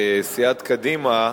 סיעת קדימה,